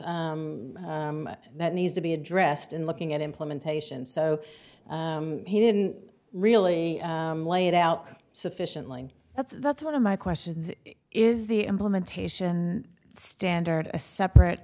this that needs to be addressed in looking at implementation so he didn't really lay it out sufficiently and that's that's one of my questions is the implementation standard a separate